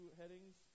headings